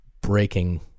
breaking